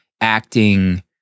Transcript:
acting